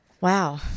wow